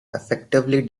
effectively